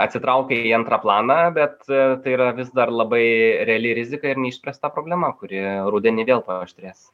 atsitraukė į antrą planą bet tai yra vis dar labai reali rizika ir neišspręsta problema kuri rudenį vėl paaštrės